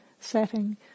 setting